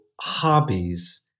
hobbies